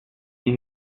die